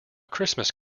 christmas